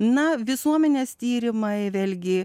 na visuomenės tyrimai vėlgi